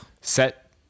set